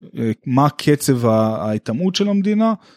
מה קצב ההיטמעות של המדינה.